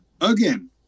Again